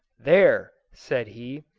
there, said he,